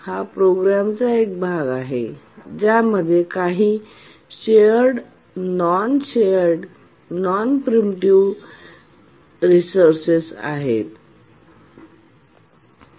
हा प्रोग्रामचा एक भाग आहे ज्यामध्ये काही shared non shared non preemptive table resources वापर केला जातो